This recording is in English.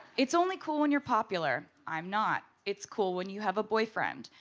it's only cool when you are popular. i'm not. it's cool when you have a boyfriend.